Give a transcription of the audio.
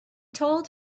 told